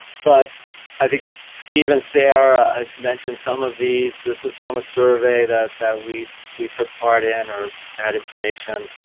but i think steve and sarah mentioned some of these, this is from a survey that that we we took part in or had information.